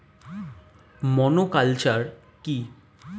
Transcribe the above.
Monoculture কি?